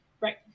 right